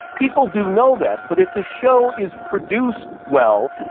people do know that. but if the show is produced well,